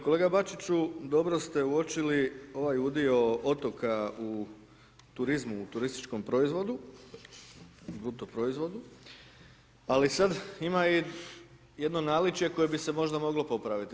Kolega Bačiću, dobro ste uočili ovaj udio otoka u turizmu, turističkom proizvodu, bruto proizvodu, ali sad ima i jedno naličje koje bi se možda moglo popraviti.